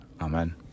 Amen